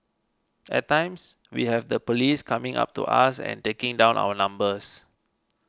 at times we have the police coming up to us and taking down our numbers